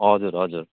हजुर हजुर